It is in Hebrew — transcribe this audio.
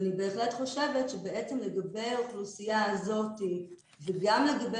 לדעתי לגבי האוכלוסייה הזו וגם לגבי